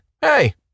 hey